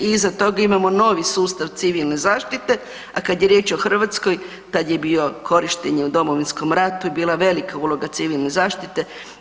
I iza toga imamo novi sustav Civilne zaštite, a kada je riječ o Hrvatskoj tad je bio korišten u Domovinskom ratu bila velika uloga Civilne zaštite.